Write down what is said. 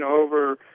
over